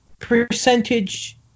percentage